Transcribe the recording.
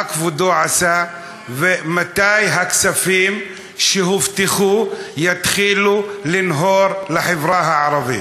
מה כבודו עשה ומתי הכספים שהובטחו יתחילו לנהור לחברה הערבית?